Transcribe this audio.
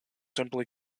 simply